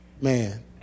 man